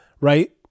right